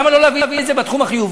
למה לא להביא את זה בתחום החיובי?